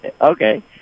Okay